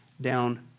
down